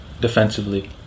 defensively